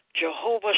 Jehovah